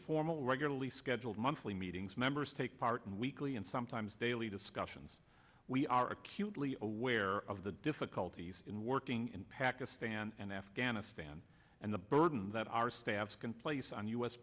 formal regularly scheduled monthly meetings members take part in weekly and sometimes daily discussions we are acutely aware of the difficulties in working in pakistan and afghanistan and the burden that our staff can place on u